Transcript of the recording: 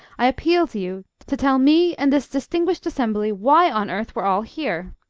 i appeal to you to tell me and this distinguished assembly why on earth we're all here!